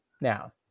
now